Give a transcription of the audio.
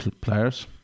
players